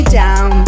down